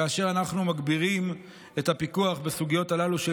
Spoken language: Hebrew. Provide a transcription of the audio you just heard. כאשר אנחנו מגבירים את הפיקוח בסוגיות הללו של